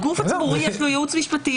הגוף הציבורי יש לו ייעוץ משפטי,